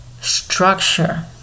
structure